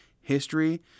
history